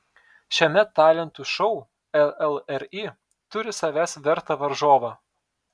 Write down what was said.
šiame talentų šou llri turi savęs vertą varžovą